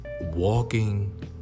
walking